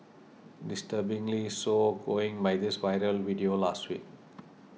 disturbingly so going by this viral video last week